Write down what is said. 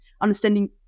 understanding